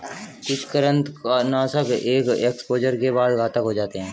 कुछ कृंतकनाशक एक एक्सपोजर के बाद घातक हो जाते है